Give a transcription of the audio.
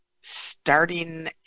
starting